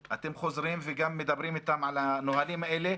לכן השאלה אם עכשיו אתם חוזרים וגם מדברים איתם על הנוהלים האלה?